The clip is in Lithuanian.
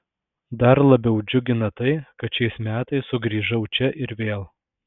dar labiau džiugina tai kad šiais metais sugrįžau čia ir vėl